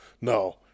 No